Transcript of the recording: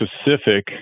specific